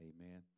Amen